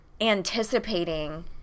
anticipating